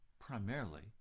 primarily